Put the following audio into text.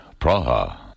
Praha